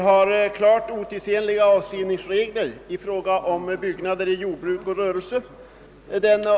Herr talman! Avskrivningsreglerna i fråga om byggnader i jordbruk och rörelse är klart otidsenliga.